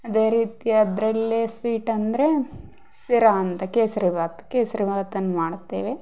ಅದೇ ರೀತಿ ಅದರಲ್ಲೇ ಸ್ವೀಟ್ ಅಂದರೆ ಶಿರಾ ಅಂತ ಕೇಸರಿಬಾತ್ ಕೇಸ್ರಿಬಾತನ್ನು ಮಾಡುತ್ತೇವೆ